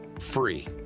free